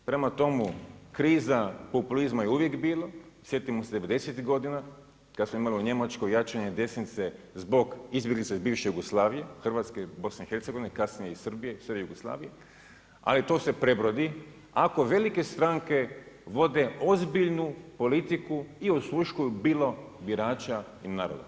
Prema tomu, kriza populizma je uvijek bilo, sjetimo se devedesetih godina, kad smo imali u Njemačkoj jačanje desnice zbog izbjeglica iz bivše Jugoslavije, Hrvatske i BiH-a, kasnije i Srbije, SR Jugoslavije, a i to se prebrodi, ako velike stranke vode ozbiljnu politiku i osluškuju bilo birača i naroda.